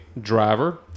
driver